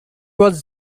was